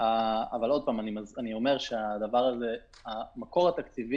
האם התיקון הזה חל גם על מקבלי קצבת